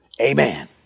Amen